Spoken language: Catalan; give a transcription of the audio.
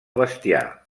bestiar